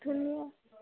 ধুনীয়া